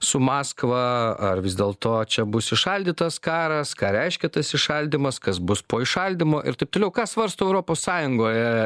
su maskva ar vis dėlto čia bus įšaldytas karas ką reiškia tas įšaldymas kas bus po įšaldymo ir taip toliau ką svarsto europos sąjungoje